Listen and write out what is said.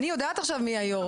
אני יודעת עכשיו מי היו"ר.